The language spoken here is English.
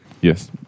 Yes